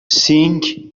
سینک